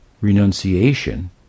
renunciation